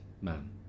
man